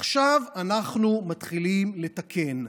עכשיו אנחנו מתחילים לתקן,